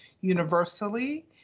universally